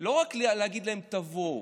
לא רק להגיד להם: תבואו.